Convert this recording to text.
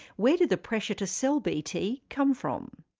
where did the pressure to sell bt come from?